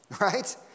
right